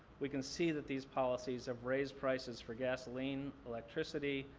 we can see that these policies have raised prices for gasoline, electricity,